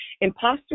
imposter